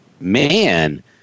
Man